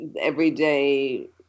everyday